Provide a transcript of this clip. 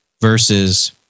versus